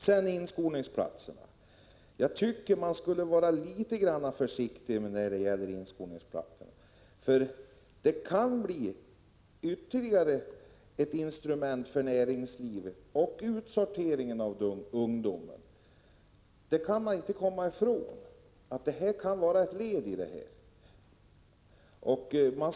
Jag tycker att man skall vara litet försiktig med inskolningsplatserna, för de kan bli ytterligare ett instrument för näringslivet för utsortering av ungdomar. Man kan inte komma ifrån att inskolningsplatserna kan vara ett led i en sådan utveckling.